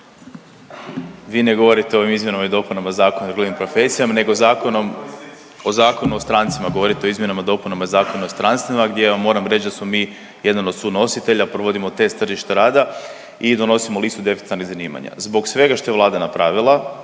Vi ne govorite o ovim izmjenama i dopunama Zakona o drugim profesijama, nego o Zakonu o strancima govorite o izmjenama i dopunama Zakona o strancima gdje vam moram reći da smo mi jedan od sunositelja. Provodimo test tržišta rada i donosimo listu deficitarnih zanimanja. Zbog svega što je Vlada napravila